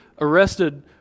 arrested